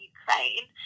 Ukraine